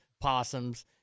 possums